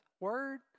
word